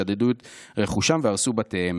שדדו את רכושם והרסו בתיהם,